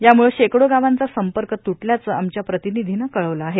यामुळे शेकडो गावांचा संपर्क तु ल्याचं आमच्या प्रतिनिधीनं कळवलं आहे